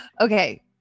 okay